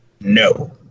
No